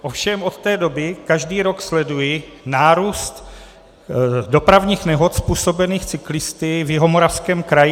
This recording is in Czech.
Ovšem od té doby každý rok sleduji nárůst dopravních nehod způsobených cyklisty v Jihomoravském kraji.